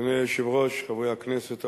חברי הכנסת החרוצים,